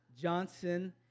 Johnson